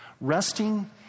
Resting